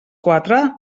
quatre